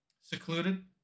secluded